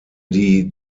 die